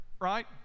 right